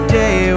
day